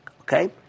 okay